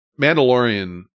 Mandalorian